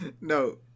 No